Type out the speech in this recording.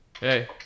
Hey